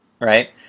right